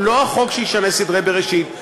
הוא לא החוק שישנה סדרי בראשית,